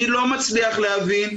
אני לא מצליח להבין,